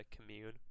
commune